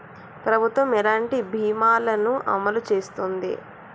ప్రభుత్వం ఎలాంటి బీమా ల ను అమలు చేస్తుంది?